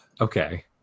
Okay